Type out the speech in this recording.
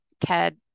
Ted